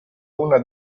una